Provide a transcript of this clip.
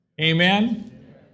Amen